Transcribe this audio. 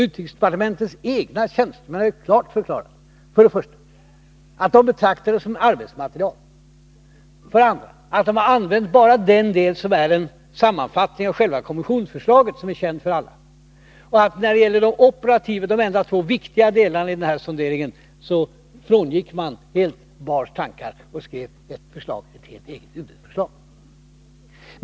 Utrikesdepartementets egna tjänstemän har för det första klart deklarerat att de betraktar handlingen som ett arbetsmaterial. För det andra säger de att de bara har använt den del som är en sammanfattning av själva kommissionsförslaget, vilket är känt för alla. Vad gäller de operativa delarna, de två delar som utgjorde de enda viktiga i denna sondering, frångick man helt Egon Bahrs tankar och skrev ett eget huvudförslag.